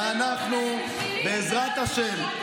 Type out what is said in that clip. ואנחנו, בעזרת השם,